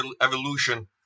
evolution